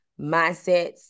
mindsets